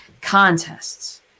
Contests